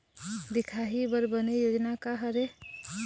दिखाही बर बने योजना का हर हे?